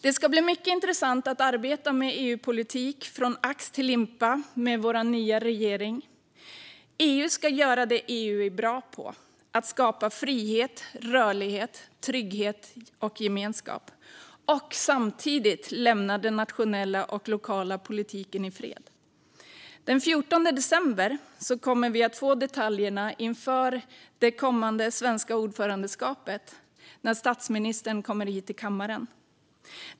Det ska bli mycket intressant att arbeta med EU-politik från ax till limpa med vår nya regering. EU ska göra det EU är bra på, nämligen att skapa frihet, rörlighet, trygghet och gemenskap, och samtidigt lämna den nationella och lokala politiken i fred. Den 14 december kommer vi att få detaljerna inför det svenska ordförandeskapet när statsministern kommer hit till kammaren.